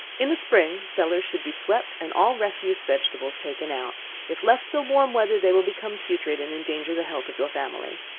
in the spring, cellars should be swept, and all refuse vegetables taken out if left till warm weather, they will become putrid, and endanger the health of your family.